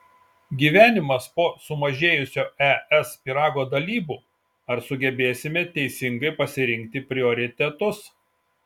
gyvenimas po sumažėjusio es pyrago dalybų ar sugebėsime teisingai pasirinkti prioritetus